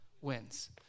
Wins